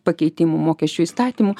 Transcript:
pakeitimų mokesčių įstatymų